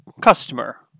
customer